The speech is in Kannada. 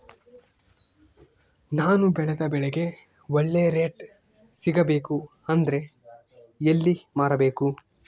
ನಾನು ಬೆಳೆದ ಬೆಳೆಗೆ ಒಳ್ಳೆ ರೇಟ್ ಸಿಗಬೇಕು ಅಂದ್ರೆ ಎಲ್ಲಿ ಮಾರಬೇಕು?